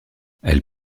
elle